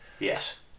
Yes